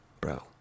bro